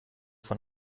von